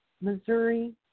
Missouri